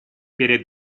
перед